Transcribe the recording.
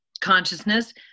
consciousness